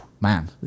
man